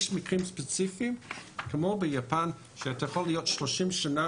יש מקרים ספציפיים שאפשר להיות 30 שנה